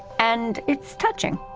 and it's touching